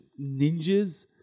ninjas